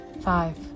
five